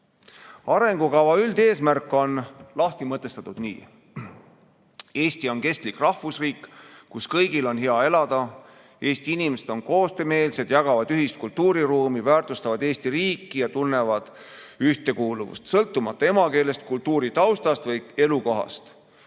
Arengukava üldeesmärk on lahti mõtestatud nii: "Eesti on kestlik rahvusriik, kus kõigil on hea elada. Eesti inimesed on koostöömeelsed, jagavad ühist Eesti kultuuriruumi, väärtustavad Eesti riiki ja tunnevad ühtekuuluvust, sõltumata emakeelest, kultuuritaustast või elukohast.